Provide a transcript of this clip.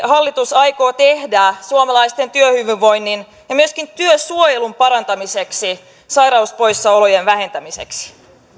hallitus aikoo konkreettisesti tehdä suomalaisten työhyvinvoinnin ja myöskin työsuojelun parantamiseksi sairauspoissaolojen vähentämiseksi